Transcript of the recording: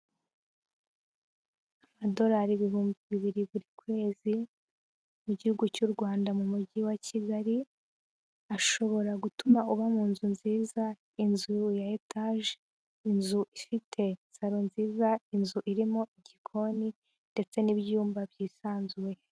Amadolari ibihumbi bibiri buri kwezi, mu gihugu cy'u Rwanda, mu Mujyi wa Kigali, ashobora gutuma uba mu nzu nziza, inzu ya etaje, inzu ifite salo nziza, inzu irimo igikoni, ndetse n'ibyumba byisanzuye.